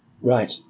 Right